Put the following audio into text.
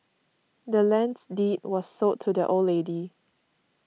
the land's deed was sold to the old lady